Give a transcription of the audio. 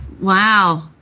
Wow